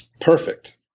Perfect